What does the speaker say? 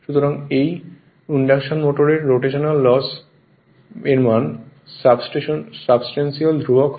সুতরাং একটি ইন্ডাকশন মোটরের রোটেশানাল লস এর মান সুবস্টেনসিয়ালি ধ্রুবক হয়